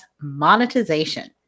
monetization